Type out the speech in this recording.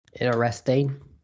interesting